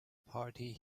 party